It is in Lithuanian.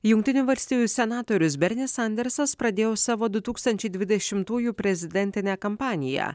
jungtinių valstijų senatorius bernis sandersas pradėjo savo du tūkstančiai dvidešimtųjų prezidentinę kampaniją